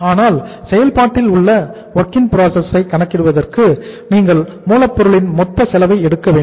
ஆனால் செயல்பாட்டில் உள்ள வொர்க் இன் ப்ராசஸ் ஐ கணக்கிடுவதற்கு நீங்கள் மூலப் பொருளின் மொத்த செலவை எடுக்க வேண்டும்